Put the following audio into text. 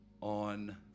on